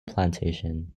plantation